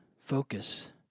focus